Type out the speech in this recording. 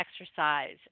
exercise